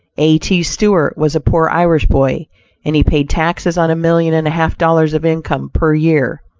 a t. stewart was a poor irish boy and he paid taxes on million and a half dollars of income, per year.